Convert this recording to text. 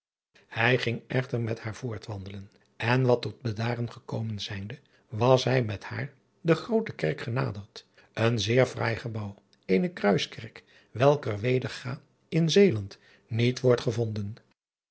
ij ging echter met haar voortwandelen en wat tot bedaren gekomen zijnde was hij met haar de roote erk genaderd een zeer fraai gebouw eene kruiskerk welker wedergâ in eeland niet wordt gevonden